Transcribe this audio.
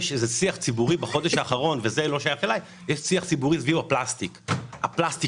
בחודש האחרון יש שיח ציבורי סביב נושא הפלסטיק.